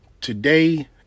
today